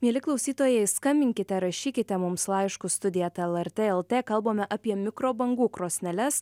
mieli klausytojai skambinkite rašykite mums laiškus studija eta lrt lt kalbame apie mikrobangų krosneles